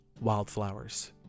wildflowers